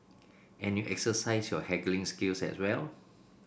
and you exercise your haggling skills as well